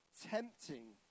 tempting